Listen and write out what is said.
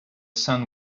sun